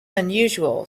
unusual